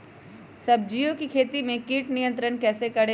सब्जियों की खेती में कीट नियंत्रण कैसे करें?